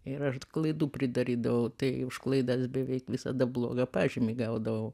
ir aš klaidų pridarydavau tai už klaidas beveik visada blogą pažymį gaudavau